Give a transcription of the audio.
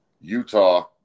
Utah